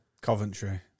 Coventry